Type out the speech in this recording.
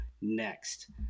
next